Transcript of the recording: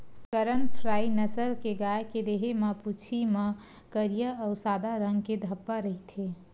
करन फ्राइ नसल के गाय के देहे म, पूछी म करिया अउ सादा रंग के धब्बा रहिथे